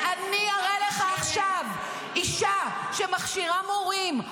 כשאני אראה לך עכשיו אישה שמכשירה מורים,